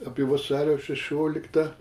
apie vasario šešioliktą